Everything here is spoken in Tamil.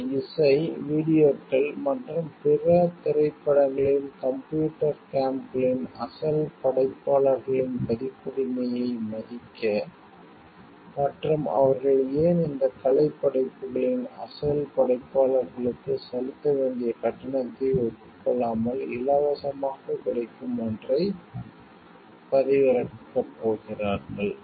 இந்த இசை வீடியோக்கள் மற்றும் பிற திரைப்படங்களின் கம்ப்யூட்டர் கேம்களின் அசல் படைப்பாளர்களின் பதிப்புரிமையை மதிக்க மற்றும் அவர்கள் ஏன் இந்த கலைப் படைப்புகளின் அசல் படைப்பாளர்களுக்கு செலுத்த வேண்டிய கட்டணத்தை ஒப்புக் கொள்ளாமல் இலவசமாகக் கிடைக்கும் ஒன்றைப் பதிவிறக்கப் போகிறார்கள்